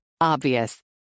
Obvious